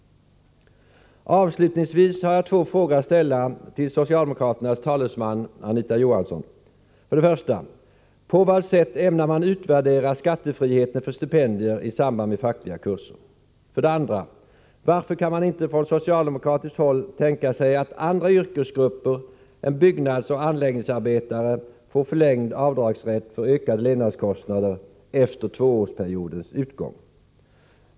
Avslutningsvis har jag två frågor att ställa till socialdemokraternas 2. Varför kan man inte från socialdemokratiskt håll tänka sig att andra yrkesgrupper än byggnadsoch anläggningsarbetare får förlängd tid för rätt till avdrag för ökade levnadskostnader efter tvåårsperiodens utgång?